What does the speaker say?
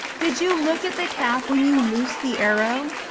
did you look at the cap when you loosed the arrow?